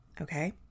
Okay